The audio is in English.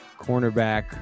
cornerback